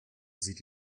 sieht